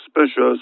suspicious